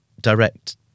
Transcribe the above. direct